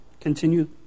continue